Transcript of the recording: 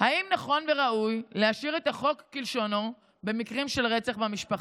האם נכון וראוי להשאיר את החוק כלשונו במקרים של רצח במשפחה?